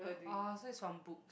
oh so is from book